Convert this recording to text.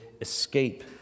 escape